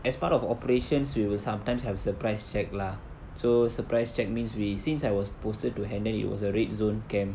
as part of operations we will sometimes have surprise check lah so surprised check means we since I was posted to hendon it was a red zone camp